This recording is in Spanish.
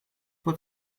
por